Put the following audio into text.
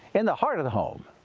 in the heart of the home.